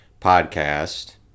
podcast